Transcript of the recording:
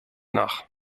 nach